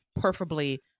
preferably